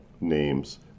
names